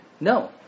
no